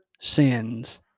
sins